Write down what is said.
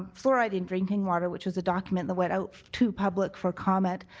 fluoride in drinking water which is a document that went out to public for comment,